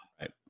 right